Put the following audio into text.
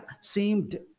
seemed